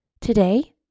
Today